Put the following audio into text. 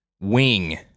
wing